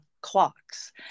clocks